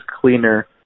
cleaner